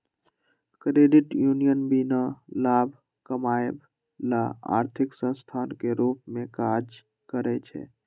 credit union बीना लाभ कमायब ला आर्थिक संस्थान के रूप में काज़ करइ छै